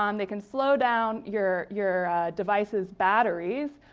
um they can slow down your your devices' batteries.